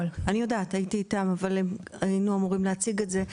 היינו אמורים להציג את זה.